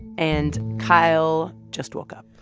and kyle just woke up